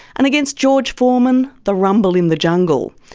and against george foreman, the rumble in the jungle.